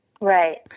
Right